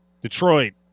Detroit